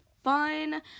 fun